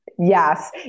Yes